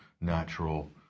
natural